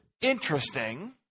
interesting